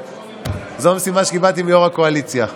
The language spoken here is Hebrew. זו המשימה שקיבלתי מיושב-ראש הקואליציה.